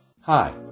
Hi